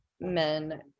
men